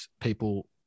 people